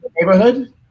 neighborhood